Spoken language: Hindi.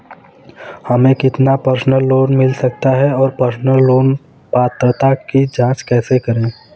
हमें कितना पर्सनल लोन मिल सकता है और पर्सनल लोन पात्रता की जांच कैसे करें?